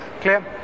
Clear